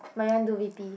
Mayan do V_P